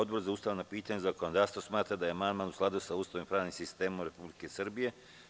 Odbor za ustavna pitanja i zakonodavstvo smatra da je amandman u skladu sa Ustavom i pravnim sistemom Republike Srbije.